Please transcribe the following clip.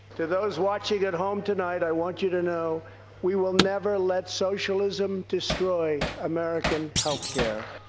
to those watching at home tonight, i want you to know we will never let socialism destroy american healthcare.